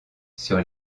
sur